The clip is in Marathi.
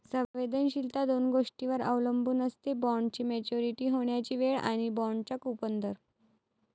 संवेदनशीलता दोन गोष्टींवर अवलंबून असते, बॉण्डची मॅच्युरिटी होण्याची वेळ आणि बाँडचा कूपन दर